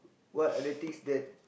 what are the things that